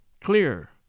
clear